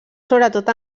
sobretot